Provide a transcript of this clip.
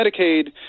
Medicaid